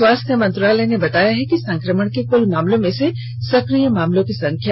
स्वास्थ्य मंत्रालय ने बताया है कि संक्रमण के कुल मामलों में से सक्रिय मामलों की संख्या